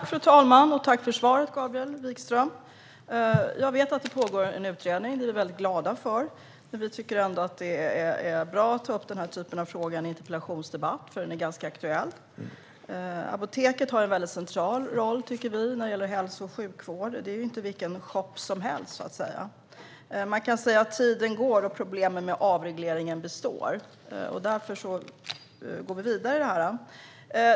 Fru talman! Jag tackar Gabriel Wikström för svaret. Jag vet att det pågår en utredning. Vi är väldigt glada för det. Men vi tycker ändå att det är bra att ta upp den här typen av frågor i en interpellationsdebatt, för de är ganska aktuella. Apoteket har en väldigt central roll, tycker vi, när det gäller hälso och sjukvård. Det är inte vilken shop som helst, så att säga. Tiden går, men problemen med avregleringen består. Därför går vi vidare.